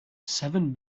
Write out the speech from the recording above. seven